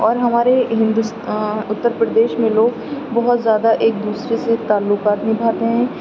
اور ہمارے ہندوس اتر پردیش میں لوگ بہت زیادہ ایک دوسرے سے تعلقات نبھاتے ہیں